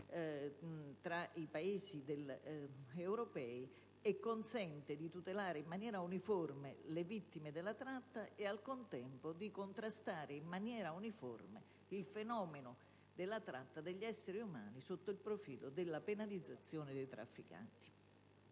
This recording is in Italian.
tra i Paesi europei e consente di tutelare in maniera uniforme le vittime della tratta e, al contempo, di contrastare in maniera uniforme il fenomeno della tratta degli esseri umani sotto il profilo della penalizzazione dei trafficanti.